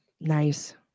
nice